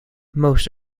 most